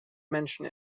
menschen